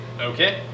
Okay